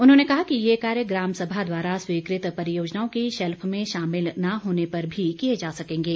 उन्होंने कहा कि ये कार्य ग्राम सभा द्वारा स्वीकृत परियोजनाओं की शैल्फ में शामिल न होने पर भी किए जा सकेंगे